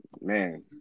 Man